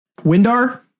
windar